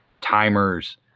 timers